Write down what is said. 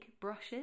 brushes